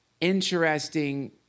interesting